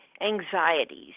anxieties